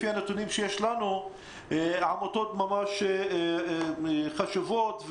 לפי הנתונים שיש לנו, עמותות חשובות ופעילות,